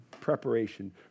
preparation